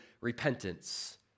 repentance